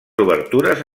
obertures